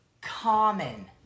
common